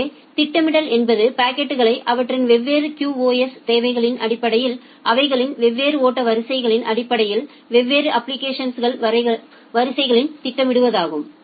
எனவே திட்டமிடல் என்பது பாக்கெட்களை அவற்றின் வெவ்வேறு QoS தேவைகளின் அடிப்படையில் அவைகளின் வெவ்வேறு ஓட்ட வரிசைகளின் அடிப்படையில் வெவ்வேறு அப்ளிகேஷன் வரிசைகளில் திட்டமிடுவதாகும்